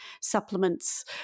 supplements